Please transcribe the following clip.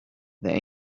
there